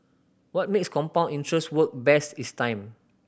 what makes compound interest work best is time